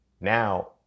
now